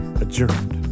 adjourned